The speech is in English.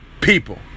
people